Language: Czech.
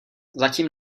zatím